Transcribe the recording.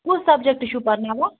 کُس سَبجَکٹ چھُو پرناوان